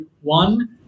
one